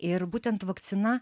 ir būtent vakcina